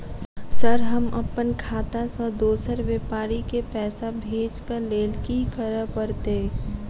Sir हम अप्पन खाता सऽ दोसर व्यापारी केँ पैसा भेजक लेल की करऽ पड़तै?